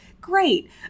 great